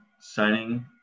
signing